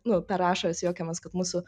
nu per ašaras juokiamės kad mūsų